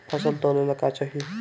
फसल तौले ला का चाही?